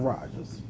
Rodgers